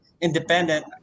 independent